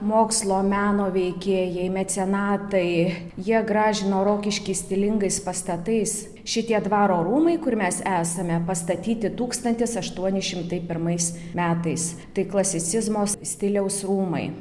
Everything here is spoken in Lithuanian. mokslo meno veikėjai mecenatai jie gražino rokiškį stilingais pastatais šitie dvaro rūmai kur mes esame pastatyti tūkstantis aštuoni šimtai pirmais metais tai klasicizmo s stiliaus rūmai